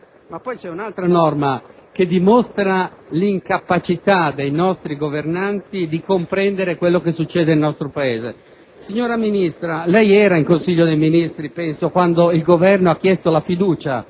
Poi c'è un'altra norma che dimostra l'incapacità di comprendere quello che succede nel nostro Paese. Signora Ministra, lei era in Consiglio dei Ministri, penso, quando il Governo ha chiesto la fiducia